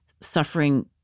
suffering